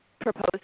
proposed